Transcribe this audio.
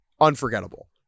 unforgettable